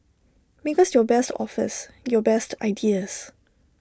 make us your best offers your best ideas